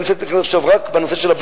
אני חושב שצריך להיות רק בנושא של הבנייה,